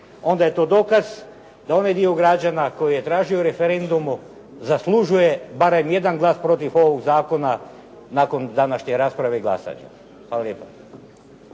onda je to dokaz da onaj dio građana koji je tražio referendum, zaslužuje barem jedan glas protiv ovog zakona nakon današnje rasprave i glasanja. Hvala lijepa.